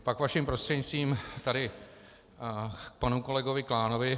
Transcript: Pak vaším prostřednictvím tady k panu kolegovi Klánovi.